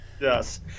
yes